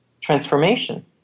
transformation